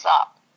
up